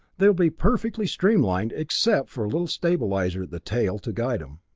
they will be perfectly streamlined, except for a little stabilizer at the tail, to guide em.